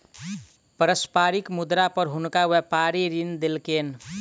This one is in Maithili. पारस्परिक मुद्रा पर हुनका व्यापारी ऋण देलकैन